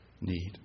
need